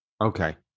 Okay